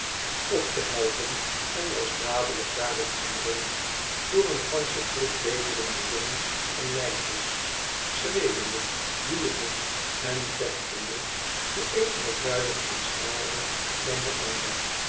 op te helpen en was dadelijk daarop omringd door een gansche troep bedelende jongens en meisjes schreeuwende joelende en vechtende de een al vuilder en schraalder dan de ander